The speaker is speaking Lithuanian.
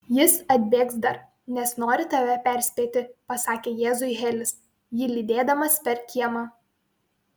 jis atbėgs dar nes nori tave perspėti pasakė jėzui helis jį lydėdamas per kiemą